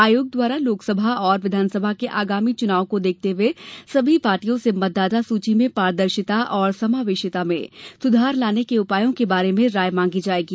आयोग द्वारा लोकसभा और विघानसभा के आगामी चुनाव को देखते हुए सभी पार्टियों से मतदाता सूची में पारदर्शिता और समावेशिता में सुधार लाने के उपायों के बारे में राय मांगी जाएगी